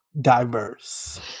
diverse